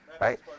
right